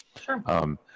Sure